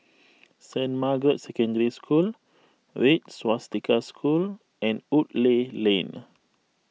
Saint Margaret's Secondary School Red Swastika School and Woodleigh Lane